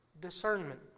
discernment